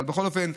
אבל בכל אופן,